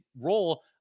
role